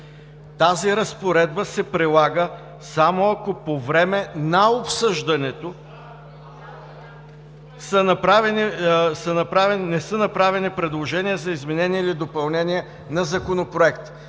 „Тази разпоредба се прилага само ако по време на обсъждането не са направени предложения за изменение или допълнение на Законопроекта“.